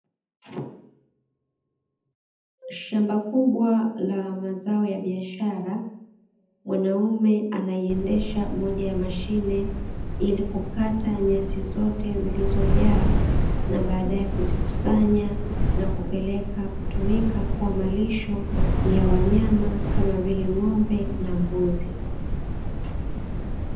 Shamba kubwa la mazao ya biashara, wanaume anaiendesha moja ya mashine ili kukata nyasi zote zilizojaa, na baadaye kuzikusanya na kupeleka kutumika kuwa malisho ya wanyama kama vile ng'ombe na mbuzi.